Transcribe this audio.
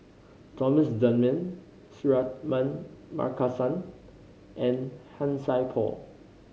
Thomas Dunman Suratman Markasan and Han Sai Por